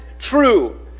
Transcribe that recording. true